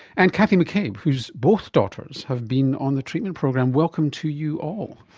and cathy mccabe, whose both daughters have been on the treatment program. welcome to you all.